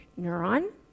neuron